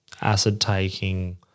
acid-taking